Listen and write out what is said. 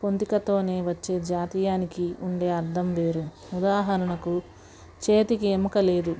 పొందికతోనే వచ్చే జాతీయానికి ఉండే అర్థం వేరు ఉదాహరణకు చేతికి ఎముక లేదు